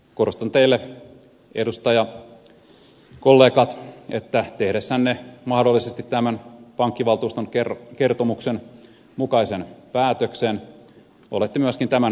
korostan teille edustajakollegat että tehdessänne mahdollisesti tämän pankkivaltuuston kertomuksen mukaisen päätöksen olette myöskin tämän kappaleen takana